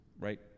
right